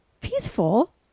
peaceful